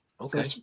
Okay